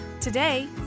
Today